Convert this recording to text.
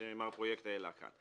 שמר פרויקט העלה כאן.